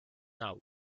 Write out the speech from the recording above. now